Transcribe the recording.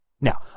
Now